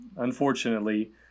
unfortunately